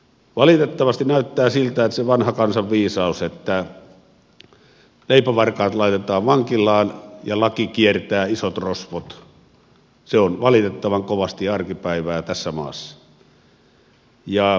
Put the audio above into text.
valitettavasti näyttää siltä että se vanha kansanviisaus että leipävarkaat laitetaan vankilaan ja laki kiertää isot rosvot on valitettavan kovasti arkipäivää tässä maassa